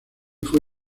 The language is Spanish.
fue